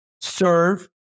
serve